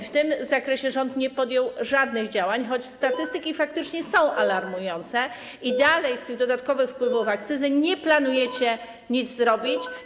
W tym zakresie rząd nie podjął żadnych działań, choć statystyki faktycznie są alarmujące, i dalej z dodatkowych wpływów z akcyzy nie planujecie nic zrobić.